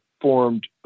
formed